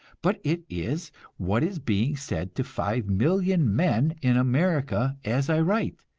but it is what is being said to five million men in america as i write.